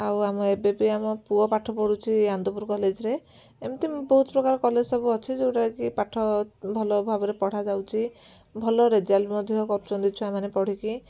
ଆଉ ଆମ ଏବେ ବି ଆମ ପୁଅ ପାଠ ପଢ଼ୁଛି ଆନ୍ଦପୁର କଲେଜରେ ଏମତି ବହୁତ ପ୍ରକାର କଲେଜ ସବୁ ଅଛି ଯେଉଁଟାକି ପାଠ ଭଲ ଭାବରେ ପଢ଼ା ଯାଉଛି ଭଲ ରେଜଲ୍ଟ ମଧ୍ୟ କରୁଛନ୍ତି ଛୁଆମାନେ ପଢ଼ିକି